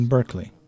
Berkeley